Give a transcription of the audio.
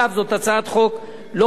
אלא גם של חבר הכנסת אורי מקלב,